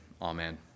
Amen